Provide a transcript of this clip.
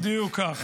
בדיוק כך.